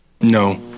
no